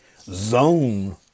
zone